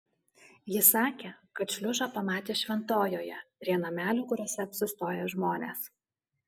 ji sakė kad šliužą pamatė šventojoje prie namelių kuriuose apsistoja žmonės